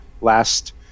last